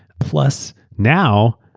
plus now,